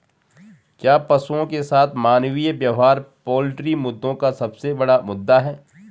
क्या पशुओं के साथ मानवीय व्यवहार पोल्ट्री मुद्दों का सबसे बड़ा मुद्दा है?